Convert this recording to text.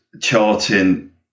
charting